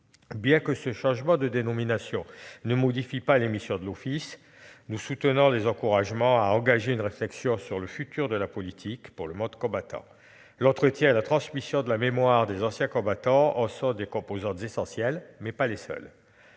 Bien que ce changement de dénomination ne modifie pas les missions de l'Office, nous soutenons les initiatives visant à engager une réflexion sur le futur de la politique pour le monde combattant. L'entretien et la transmission de la mémoire des anciens combattants en sont des composantes essentielles, mais pas les seules.